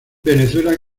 venezuela